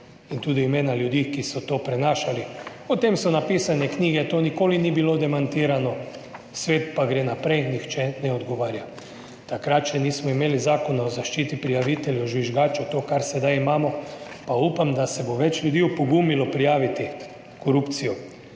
In tudi imena ljudi, ki so to prenašali. O tem so napisane knjige, to nikoli ni bilo demantirano, svet pa gre naprej, nihče ne odgovarja. Takrat še nismo imeli Zakona o zaščiti prijaviteljev žvižgačev, to kar sedaj imamo, pa upam, da se bo več ljudi opogumilo prijaviti korupcijo.